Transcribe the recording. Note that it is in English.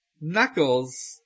Knuckles